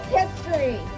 history